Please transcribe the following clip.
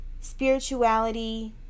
Spirituality